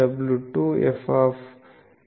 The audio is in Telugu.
w2F w2F